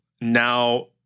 now